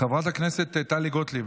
חברת הכנסת טלי גוטליב,